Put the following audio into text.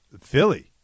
Philly